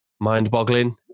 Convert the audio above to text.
Mind-boggling